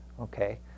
okay